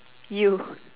you